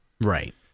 Right